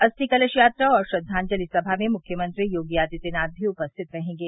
अस्थि कलश यात्रा और श्रद्दाजलि सभा में मुख्यमंत्री योगी आदित्यनाथ भी उपस्थित रहेंगे